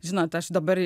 žinot aš dabar